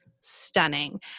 stunning